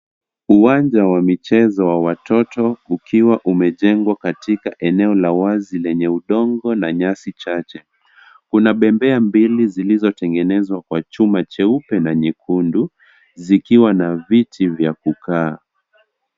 Uwanja wa michezo wa watoto ukiwa umejengwa katika eneo la wazi lenye udongo na nyasi chache, kuna bembea mbili zilizotengenezwa kwa chuma cheupe na nyekundu zikiwa na viti za kukaa.